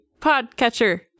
podcatcher